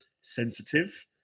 sensitive